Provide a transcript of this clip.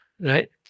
right